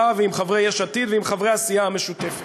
ועם חברי יש עתיד ועם חברי הסיעה המשותפת.